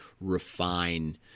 refine